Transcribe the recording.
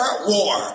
war